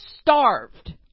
starved